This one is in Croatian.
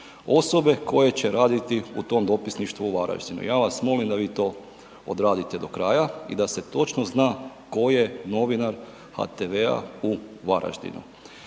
osobe koje će raditi u tom dopisništvu u Varaždinu. Ja vas molim da vi to odradite do kraja i da se točno zna ko je novinar HTV-a u Varaždinu.